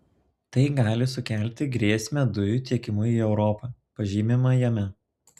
tai gali sukelti grėsmę dujų tiekimui į europą pažymima jame